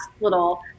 little